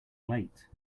late